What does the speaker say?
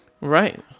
Right